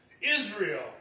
Israel